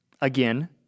Again